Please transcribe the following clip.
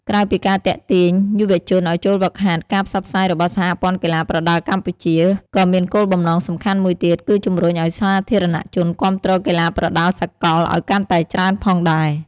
ក្រៅពីការទាក់ទាញយុវជនឲ្យចូលហ្វឹកហាត់ ការផ្សព្វផ្សាយរបស់សហព័ន្ធកីឡាប្រដាល់កម្ពុជា ក៏មានគោលបំណងសំខាន់មួយទៀតគឺជំរុញឲ្យសាធារណជនគាំទ្រកីឡាប្រដាល់សកលឲ្យកាន់តែច្រើនផងដែរ។